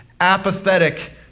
apathetic